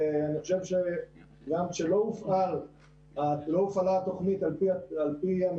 אני חושב שגם כשלא הופעלה התוכנית על פי המתוכנן,